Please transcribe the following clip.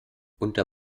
unter